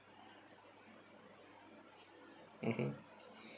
mmhmm